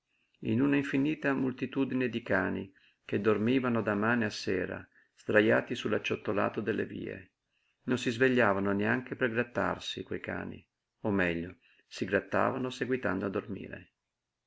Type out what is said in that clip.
in una infinita moltitudine di cani che dormivano da mane a sera sdrajati su l'acciottolato delle vie non si svegliavano neanche per grattarsi quei cani o meglio si grattavano seguitando a dormire